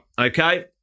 okay